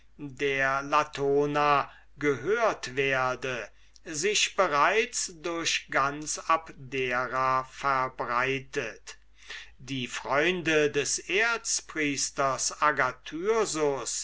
der latona gehört werde sich bereits durch ganz abdera verbreitet die freunde des erzpriesters